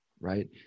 right